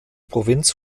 provinz